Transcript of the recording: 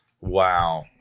Wow